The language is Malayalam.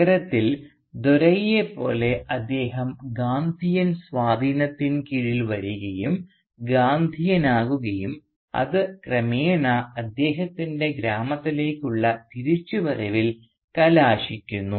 നഗരത്തിൽ ദോരൈയെ പോലെ അദ്ദേഹം ഗാന്ധിയൻ സ്വാധീനത്തിൻ കീഴിൽ വരികയും ഗാന്ധിയനാകുകയും അത് ക്രമേണ അദ്ദേഹത്തിൻറെ ഗ്രാമത്തിലേക്കുള്ള തിരിച്ചുവരവിൽ കലാശിക്കുന്നു